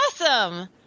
Awesome